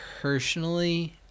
Personally